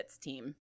team